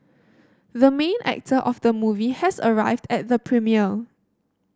the main actor of the movie has arrived at the premiere